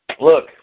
Look